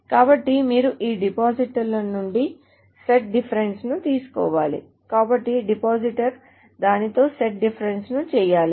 కాబట్టి మీరు ఈ డిపాజిటర్ల నుండి సెట్ డిఫరెన్స్ ను తీసుకోవాలి కాబట్టి డిపాజిటర్ దానితో సెట్ డిఫరెన్స్ ను చేయాలి